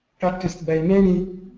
practiced by many